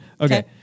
Okay